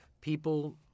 people